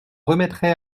remettrai